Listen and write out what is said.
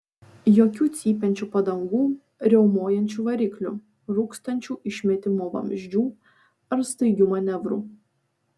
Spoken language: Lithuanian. jokių cypiančių padangų riaumojančių variklių rūkstančių išmetimo vamzdžių ar staigių manevrų